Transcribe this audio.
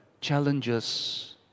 challenges